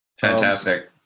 Fantastic